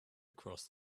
across